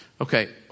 Okay